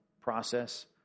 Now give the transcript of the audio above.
process